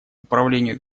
управлению